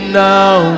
now